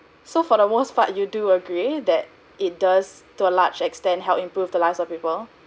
so for the most part you do agree that it does to a large extent help improve the lives of people